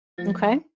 Okay